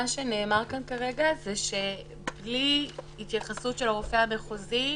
מה שנאמר כאן כרגע שבלי התייחסות של הרופא המחוזי,